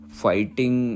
fighting